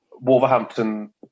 Wolverhampton